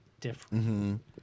different